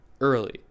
early